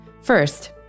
First